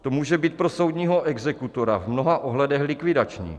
To může být pro soudního exekutora v mnoha ohledech likvidační.